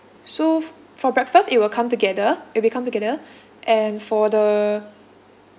so for breakfast it will come together it will come together and for the